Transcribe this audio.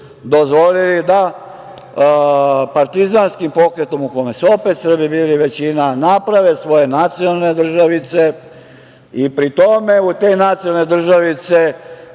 dozvolili da partizanskim pokretom, u kome su opet Srbi bili većina, naprave svoje nacionalne državice i pri tome u te nacionalne državice